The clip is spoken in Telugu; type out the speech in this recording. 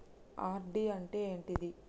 ఆర్.డి అంటే ఏంటిది?